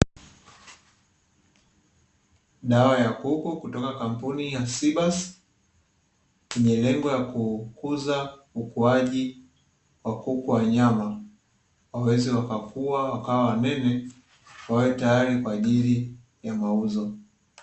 Dawa ya kuku kutoka kampuni ya "SEEBUS", yenye lengo la kukuza ukuaji wa kuku wa nyama, waweze wakakua wakawa wanene, wawe tayari kwa ajili ya mauzo.